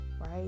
right